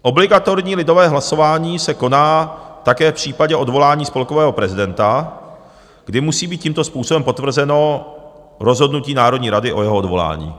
Obligatorní lidové hlasování se koná také v případě odvolání spolkového prezidenta, kdy musí být tímto způsobem potvrzeno rozhodnutím Národní rady o jeho odvolání.